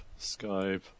Skype